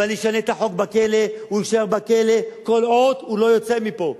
ואני אשנה את החוק שהוא יישאר בכלא כל עוד הוא לא יוצא מפה.